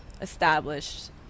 established